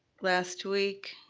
last week,